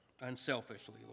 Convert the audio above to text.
unselfishly